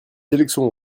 élections